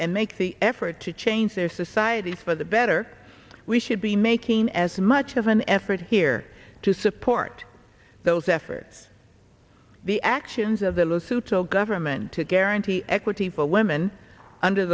and make the effort to change their societies for the better we should be making as much of an effort here to support those efforts the actions of the low sutil government to guarantee equity for women under